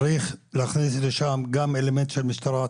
צריך להכניס לשם גם אלמנט של משטרה,